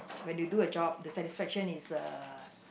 when you do a job the satisfaction is uh